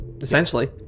Essentially